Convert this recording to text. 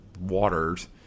waters